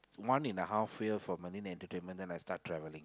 one and a half year for marine entertainment then I start travelling